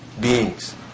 beings